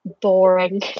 boring